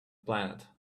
planet